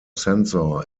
sensor